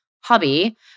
hobby